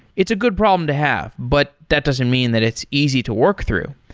it's a good problem to have, but that doesn't mean that it's easy to work through.